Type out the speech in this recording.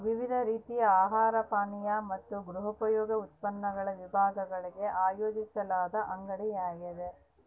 ವಿವಿಧ ರೀತಿಯ ಆಹಾರ ಪಾನೀಯ ಮತ್ತು ಗೃಹೋಪಯೋಗಿ ಉತ್ಪನ್ನಗಳ ವಿಭಾಗಗಳಾಗಿ ಆಯೋಜಿಸಲಾದ ಅಂಗಡಿಯಾಗ್ಯದ